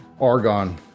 argon